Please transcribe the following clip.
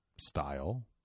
style